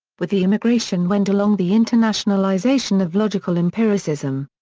with the emigration went along the internationalization of logical empiricism.